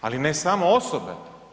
Ali, ne samo osobe.